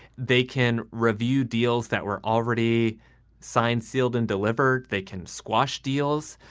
they can review deals that were already signed, sealed and delivered. they can squash deals.